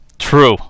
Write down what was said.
True